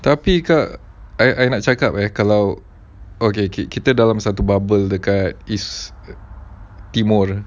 tapi ke I I nak cakap ah kalau okay K kita dalam satu bubble dekat east timur ya